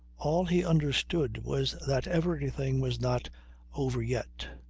all he understood was that everything was not over yet.